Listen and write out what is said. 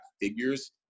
figures